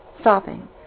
stopping